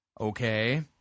Okay